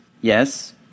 Yes